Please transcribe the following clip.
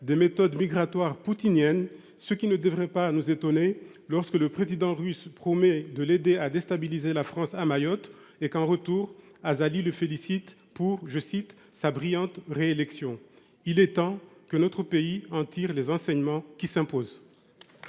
des méthodes migratoires poutiniennes, ce qui ne devrait pas nous étonner : après tout, lorsque le président russe promet de l’aider à déstabiliser la France à Mayotte, Azali le félicite en retour pour sa « brillante réélection ». Il est temps que notre pays en tire les enseignements qui s’imposent